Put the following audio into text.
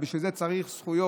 אבל בשביל זה צריך זכויות.